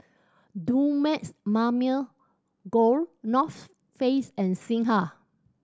Dumex Mamil Gold North Face and Singha